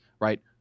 right